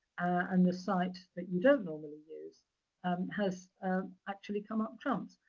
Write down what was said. and the site that you don't normally use has actually come up trumps.